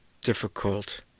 difficult